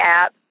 app